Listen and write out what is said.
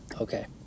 Okay